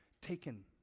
taken